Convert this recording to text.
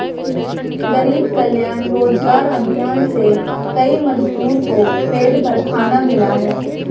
गरीब कल्याण रोजगार अभियान से कई मजदूर को पेट भर खाना मिला है